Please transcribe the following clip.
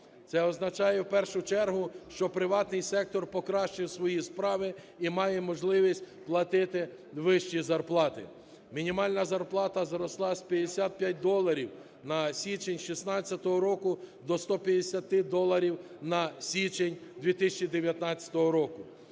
Це означає, в першу чергу, що приватний сектор покращив свої справи і має можливість платити вищі зарплати. Мінімальна зарплата зросла з 55 доларів на січень 2016 року до 150 доларів на січень 2019 року.